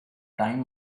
time